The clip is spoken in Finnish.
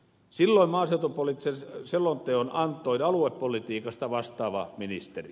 silloin maaseutupoliittisen selonteon antoi aluepolitiikasta vastaava ministeri